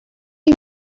you